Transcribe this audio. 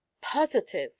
Positive